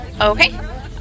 Okay